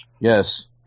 yes